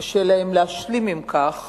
שקשה להם להשלים עם כך